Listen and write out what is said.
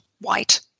white